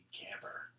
camper